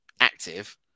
active